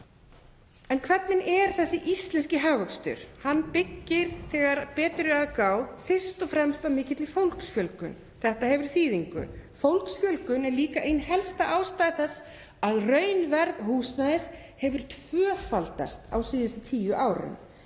En hvernig er þessi íslenski hagvöxtur? Hann byggist þegar betur er að gáð fyrst og fremst á mikilli fólksfjölgun. Þetta hefur þýðingu. Fólksfjölgun er líka ein helsta ástæða þess að raunverð húsnæðis hefur tvöfaldast á síðustu tíu árum.